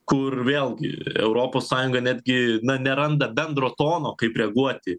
kur vėlgi europos sąjunga netgi neranda bendro tono kaip reaguoti